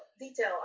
detail